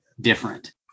different